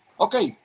Okay